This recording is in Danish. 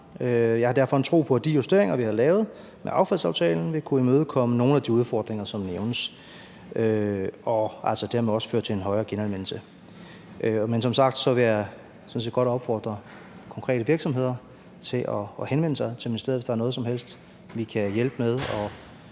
Jeg har derfor en tro på, at de justeringer, vi har lavet med affaldsaftalen, vil kunne imødekomme nogle af de udfordringer, som nævnes, og den vil også føre til mere genanvendelse. Men som sagt vil jeg sådan set godt opfordre konkrete virksomheder til at henvende sig til ministeriet. Hvis der er noget som helst, vi kan hjælpe med